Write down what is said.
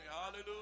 hallelujah